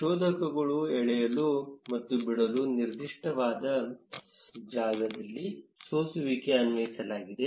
ಶೋಧಕಗಳು ಎಳೆಯಲು ಮತ್ತು ಬಿಡಲು ನಿರ್ದಿಷ್ಟವಾದ ಜಾಗದಲ್ಲಿ ಸೋಸುವಿಕೆ ಅನ್ವಯಿಸಲಾಗಿದೆ